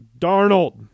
Darnold